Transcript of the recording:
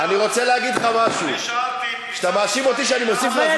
אני רוצה להגיד לך משהו: כשאתה מאשים אותי שאני מוסיף לה זמן,